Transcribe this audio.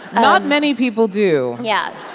not many people do yeah